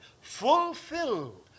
fulfilled